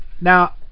Now